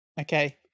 Okay